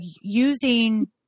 using